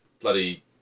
Bloody